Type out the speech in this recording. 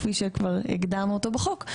כפי שהגדרנו אותו בחוק,